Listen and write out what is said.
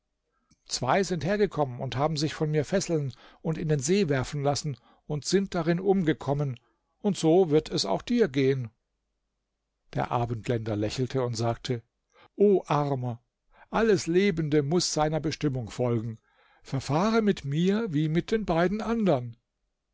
zwei sind hergekommen und haben sich von mir fesseln und in den see werfen lassen und sind darin umgekommen und so wird es auch dir gehen der abendländer lächelte und sagte o armer alles lebende muß seiner bestimmung folgen verfahre mit mir wie mit den beiden andern